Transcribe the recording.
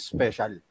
Special